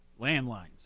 landlines